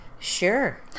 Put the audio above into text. Sure